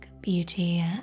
beauty